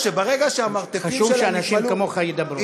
חשוב שאנשים כמוך ידברו.